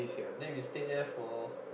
then we stayed there for